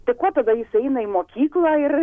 tai ko tada jis eina į mokyklą ir